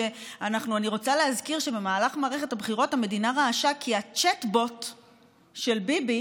אני רוצה להזכיר שבמהלך מערכת הבחירות המדינה רעשה כי הצ'אטבוט של ביבי